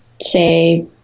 say